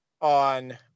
on